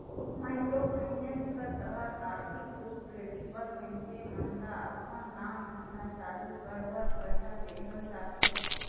micro finance कर तहत आरथिक रूप ले लिबल मइनसे मन ल अपन काम धंधा चालू कर बर करजा देहल जाथे